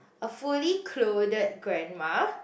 a fully clothed grandma